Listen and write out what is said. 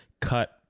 cut